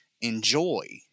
enjoy